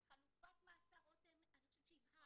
אז חלופת מעצר 'רותם', אני חושבת שהבהרתי.